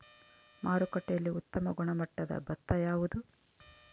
ಮಾರುಕಟ್ಟೆಯಲ್ಲಿ ಉತ್ತಮ ಗುಣಮಟ್ಟದ ಭತ್ತ ಯಾವುದು?